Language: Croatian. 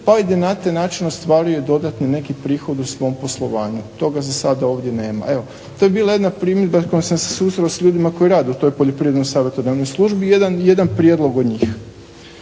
pa i da na taj način ostvaruje neki dodatni prihod u svom poslovanju. Toga za sada ovdje nema. Evo, to je bila jedna primjedba kojom sam se susreo s ljudima koji rade u toj Poljoprivredno savjetodavnoj službi, jedan prijedlog o njih.